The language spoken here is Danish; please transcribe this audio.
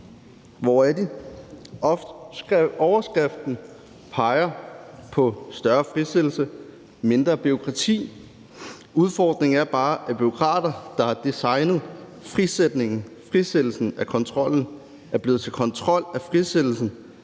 Hvor er de? Overskriften peger på større frisættelse og mindre bureaukrati. Udfordringen er bare, at bureaukrater, der har designet frisættelsen af kontrollen, er blevet til kontrol af frisættelsen.